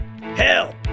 Hell